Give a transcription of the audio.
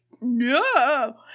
no